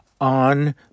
on